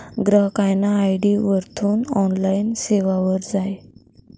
ग्राहकना आय.डी वरथून ऑनलाईन सेवावर जाय